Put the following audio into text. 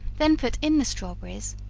then put in the strawberries,